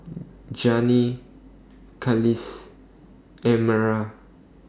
Jannie Carlisle and Amara